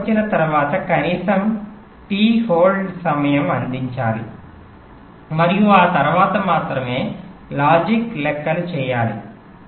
అంచు వచ్చిన తరువాత కనీసం టి హోల్డ్ సమయం అందించాలి మరియు ఆ తరువాత మాత్రమే లాజిక్ లెక్కలు చేయాలి